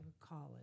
College